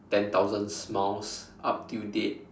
ten thousand smiles up till date